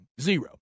Zero